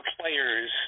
players